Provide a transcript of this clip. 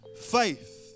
faith